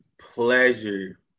pleasure